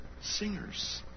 singers